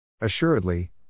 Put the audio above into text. Assuredly